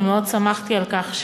ומאוד שמחתי על כך,